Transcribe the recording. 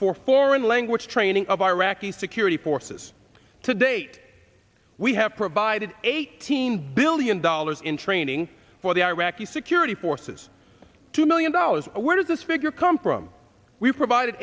for foreign language training of iraqi security forces to date we have provided eighteen billion dollars in training for the iraqi security forces two million dollars where does this figure come from we provided